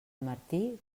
martí